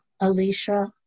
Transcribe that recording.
Alicia